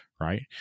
right